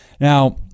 Now